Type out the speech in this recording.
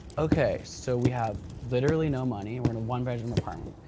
okay, so we have literally no money, and we're in a one-bedroom apartment.